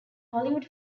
hollywood